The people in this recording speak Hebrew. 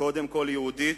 קודם כול יהודית,